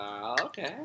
Okay